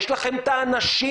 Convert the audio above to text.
יש לכם אנשים.